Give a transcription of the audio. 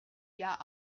jahr